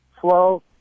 flow